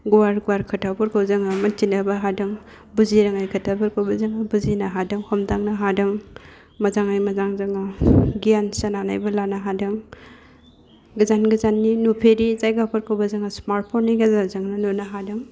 गुवार गुवार खोथाफोरखौ जोङो मोनथिनोबो हादों बुजिरोङै खोथाफोरखौबो जों बुजिनो हादों हमदांनो हादों मोजाङै मोजां जोङो गियान सोनानैबो लानो हादों गोजान गोजाननि नुफेरि जायगाफोरखौबो जोङो स्मार्ट फननि गेजेरजोंनो नुनो हादों